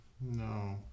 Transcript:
No